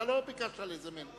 אתה לא ביקשת לזמן.